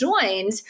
joined